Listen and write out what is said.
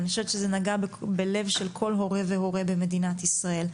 אני חושבת שזה נגע בלב של כל הורה והורה במדינת ישראל,